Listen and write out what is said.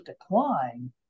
decline